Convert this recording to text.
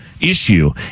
issue